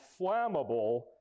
flammable